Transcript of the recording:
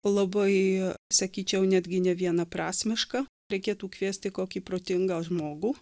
labai sakyčiau netgi nevienaprasmiška reikėtų kviesti kokį protingą žmogų